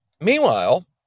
Meanwhile